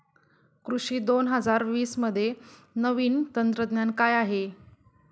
कृषी दोन हजार वीसमध्ये नवीन तंत्रज्ञान काय आहे?